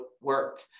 work